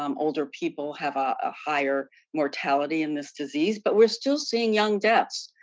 um older people have a higher mortality in this disease, but we're still seeing young deaths.